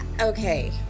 okay